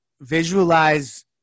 visualize